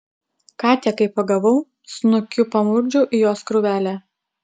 katę kai pagavau snukiu pamurkdžiau į jos krūvelę